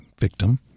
victim